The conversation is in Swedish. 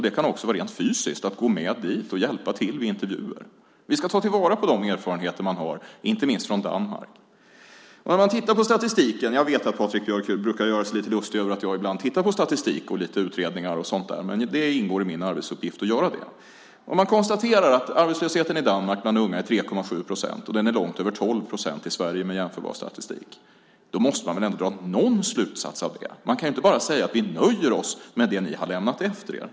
Det kan också vara att rent fysiskt gå med dit och hjälpa till vid intervjuer. Vi ska ta till vara de erfarenheter man har inte minst från Danmark. Jag vet att Patrik Björck brukar göra sig lite lustig över att jag ibland tittar på statistik, lite utredningar och sådant. Men det ingår i min arbetsuppgift att göra det. Man kan konstatera att arbetslösheten i Danmark bland unga är 3,7 procent och att den med jämförbar statistik i Sverige är långt över 12 procent. Då måste man väl ändå dra någon slutsats av det. Man kan inte bara säga att vi nöjer oss med det ni har lämnat efter er.